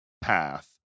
path